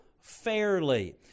fairly